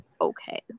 okay